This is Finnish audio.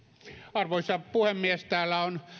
arvoisa puhemies täällä on